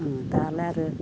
दालाय आरो